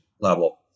level